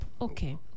Okay